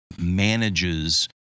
manages